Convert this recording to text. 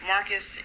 Marcus